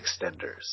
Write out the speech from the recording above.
extenders